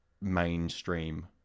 mainstream